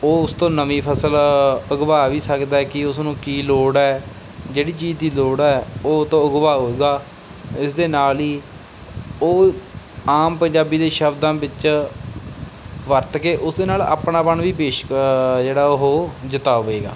ਉਹ ਉਸ ਤੋਂ ਨਵੀਂ ਫਸਲ ਉਗਵਾ ਵੀ ਸਕਦਾ ਕਿ ਉਸਨੂੰ ਕੀ ਲੋੜ ਹੈ ਜਿਹੜੀ ਚੀਜ਼ ਦੀ ਲੋੜ ਹੈ ਉਹ ਉਹ ਤੋਂ ਉਗਵਾਉਗਾ ਇਸ ਦੇ ਨਾਲ ਹੀ ਉਹ ਆਮ ਪੰਜਾਬੀ ਦੇ ਸ਼ਬਦਾਂ ਵਿੱਚ ਵਰਤ ਕੇ ਉਸਦੇ ਨਾਲ ਆਪਣਾ ਪਣ ਵੀ ਪੇਸ਼ ਜਿਹੜਾ ਉਹ ਜਤਾਵੇਗਾ